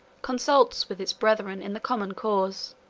consults with its brethren in the common cause,